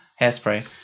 Hairspray